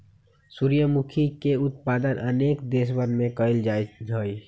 सूर्यमुखी के उत्पादन अनेक देशवन में कइल जाहई